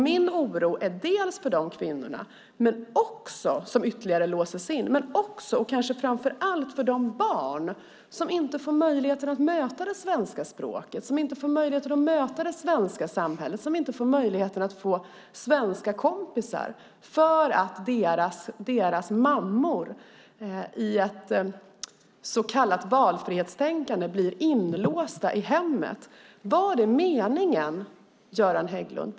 Min oro är inte bara för dessa kvinnor som ytterligare låses in utan också och kanske framför allt för de barn som inte får möjligheten att möta det svenska språket och det svenska samhället och som inte får möjligheten att få svenska kompisar. De får inte det för att deras mammor i ett så kallat valfrihetstänkande blir inlåsta i hemmet. Var det meningen, Göran Hägglund?